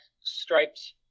striped